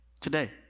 today